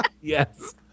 Yes